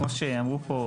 כמו שאמרו פה,